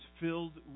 filled